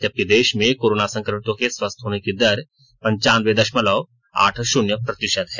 जबकि देश में कोरोना संकमितों के स्वस्थ होने की दर पंचानवें दशमलव आठ शून्य प्रतिशत है